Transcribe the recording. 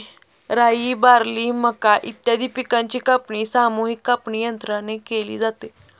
राई, बार्ली, मका इत्यादी पिकांची कापणी सामूहिक कापणीयंत्राने केली जाते